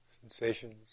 sensations